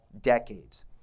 decades